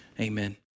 Amen